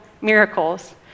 miracles